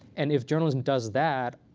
and if journalism does that,